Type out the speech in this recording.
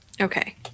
okay